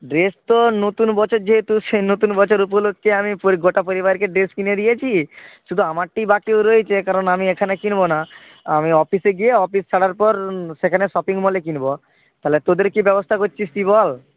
dress তো নতুন বছর যেহেতু নতুন বছর উপলক্ষ্যে আমি গোটা পরিবারকে ড্রেস কিনে দিয়েছি শুধু আমারটিই বাকি রয়েছে কারণ আমি এখানে কিনব না আমি অফিসে গিয়ে অফিস ছাড়ার পর সেখানে শপিং মলে কিনব তাহলে তোদের কী ব্যবস্থা করছিস তুই বল